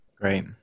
Great